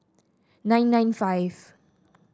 nine nine five